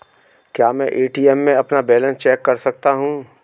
क्या मैं ए.टी.एम में अपना बैलेंस चेक कर सकता हूँ?